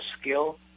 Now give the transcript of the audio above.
skill